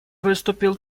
выступил